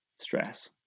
stress